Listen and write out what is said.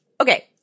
Okay